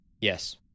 Yes